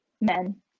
men